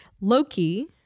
Loki